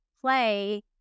play